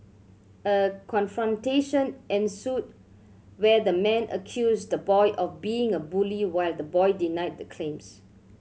a confrontation ensued where the man accused the boy of being a bully while the boy denied the claims